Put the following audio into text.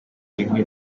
inkwi